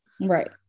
Right